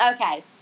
Okay